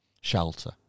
Shelter